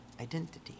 identity